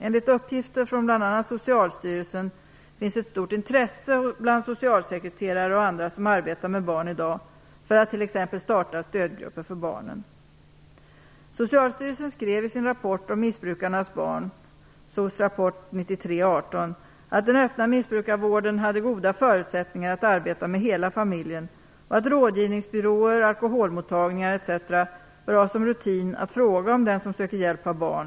Enligt uppgifter från bl.a. Socialstyrelsen finns ett stort intresse bland socialsekreterare och andra som arbetar med barn i dag för att t.ex. starta stödgrupper för barnen. Socialstyrelsen skrev i sin rapport om missbrukarnas barn att den öppna missbrukarvården hade goda förutsättningar att arbeta med hela familjen och att rådgivningsbyråer och alkoholmottagningar etc. bör ha som rutin att fråga om den som söker hjälp har barn.